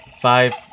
five